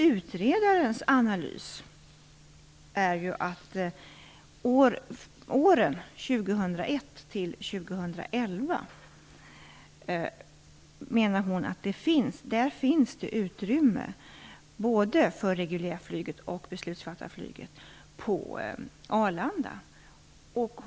Utredaren menar att det åren 2001-2011 finns utrymme för både reguljärtrafiken och s.k. beslutsfattarflyg på Arlanda. Det är poängen med analysen.